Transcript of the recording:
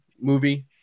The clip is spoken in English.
movie